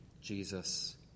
Jesus